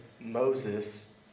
Moses